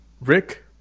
rick